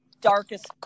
darkest